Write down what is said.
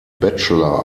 bachelor